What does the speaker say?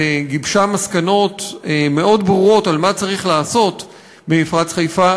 וגיבשה מסקנות מאוד ברורות על מה צריך לעשות במפרץ חיפה,